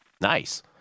Nice